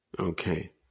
Okay